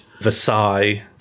Versailles